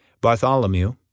bartholomew